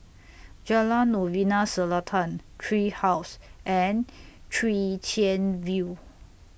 Jalan Novena Selatan Tree House and Chwee Chian View